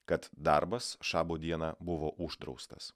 kad darbas šabo dieną buvo uždraustas